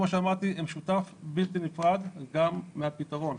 כמו שאמרתי, הן שותף בלתי נפרד וגם הפתרון.